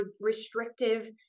restrictive